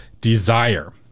desire